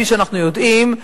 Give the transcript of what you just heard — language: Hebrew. כפי שאנחנו יודעים,